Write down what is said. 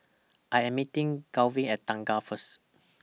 I Am meeting Garvin At Thanggam First